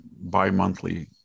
bi-monthly